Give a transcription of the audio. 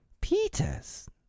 Peter's